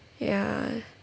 ya